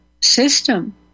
system